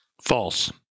False